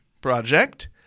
Project